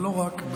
אבל לא רק משם,